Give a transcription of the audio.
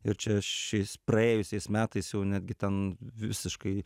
ir čia šiais praėjusiais metais jau netgi ten visiškai